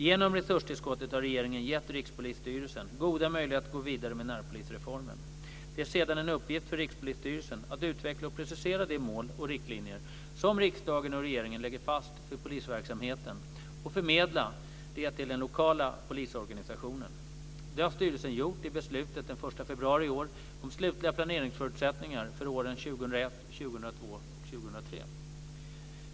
Genom resurstillskottet har regeringen gett Rikspolisstyrelsen goda möjligheter att gå vidare med närpolisreformen. Det är sedan en uppgift för Rikspolisstyrelsen att utveckla och precisera de mål och riktlinjer som riksdagen och regeringen lägger fast för polisverksamheten och förmedla det till den lokala polisorganisationen. Det har styrelsen gjort i beslutet den 1 februari i år om slutliga planeringsförutsättningar för åren 2001, 2002 och 2003.